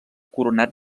coronat